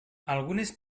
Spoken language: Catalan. algunes